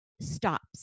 stops